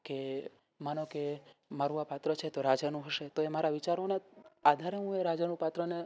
કે માનો કે મારું આ પાત્ર છે તો રાજાનું હશે તો એ મારા વિચારોને આધારે હું એ રાજાનું એ પાત્રને